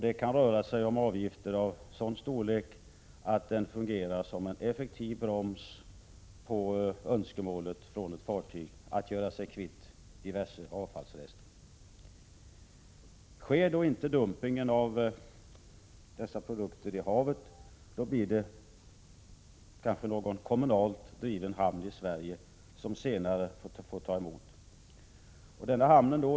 Det kan röra sig om avgifter av en sådan storlek att de fungerar som en effektiv broms för önskemålen från ett fartyg att göra sig kvitt diverse avfall. Om inte dumpningen av dessa produkter sker i havet, blir det kanske någon kommunalt driven hamn i Sverige som senare får ta emot avfallet.